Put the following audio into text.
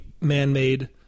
man-made